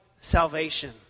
salvation